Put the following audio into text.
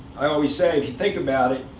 i always say, if you think about it,